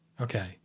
Okay